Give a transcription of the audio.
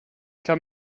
kann